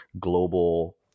global